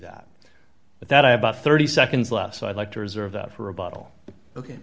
that but that i about thirty seconds left so i'd like to reserve that for a bottle ok